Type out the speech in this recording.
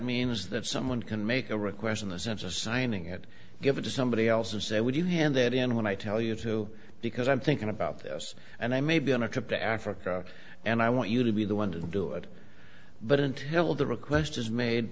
means that someone can make a request in the sense of signing it give it to somebody else and say would you hand it in when i tell you to because i'm thinking about this and i may be on a trip to africa and i want you to be the one to do it but until the request is made